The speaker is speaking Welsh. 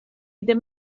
ddim